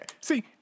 See